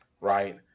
Right